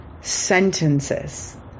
sentences